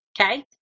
Okay